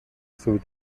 sowie